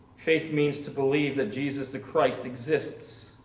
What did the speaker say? faith means to believe that jesus the christ exists.